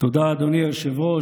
תודה, אדוני היושב-ראש.